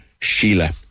Sheila